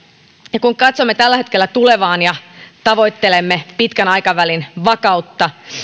ja kun katsomme tällä hetkellä tulevaan ja tavoittelemme pitkän aikavälin vakautta